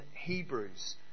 Hebrews